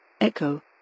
Echo